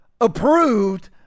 approved